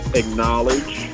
acknowledge